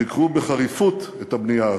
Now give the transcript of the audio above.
ביקרו בחריפות את הבנייה הזאת.